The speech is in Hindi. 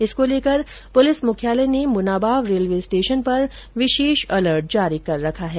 इसको लेकर पुलिस मुख्यालय ने मुनाबाव रेलवे स्टेशन पर विशेष अलर्ट जारी कर रखा है